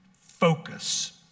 focus